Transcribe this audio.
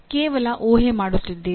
ನೀವು ಕೇವಲ ಊಹೆ ಮಾಡುತ್ತಿದ್ದೀರಿ